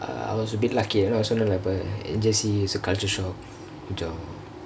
I was a bit lucky எனா சொன்னேன்ல இப்பொ:yenaa sonnenla ippo N_J_C was culture shock கொன்ஜ:konja